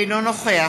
אינו נוכח